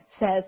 says